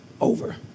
over